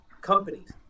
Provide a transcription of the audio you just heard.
companies